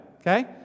okay